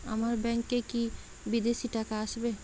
আমার ব্যংকে কি বিদেশি টাকা আসবে?